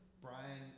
Brian